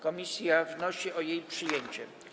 Komisja wnosi o jej przyjęcie.